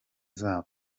zabo